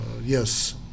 yes